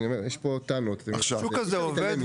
יש פה טענות --- השוק הזה עובד,